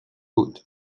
wood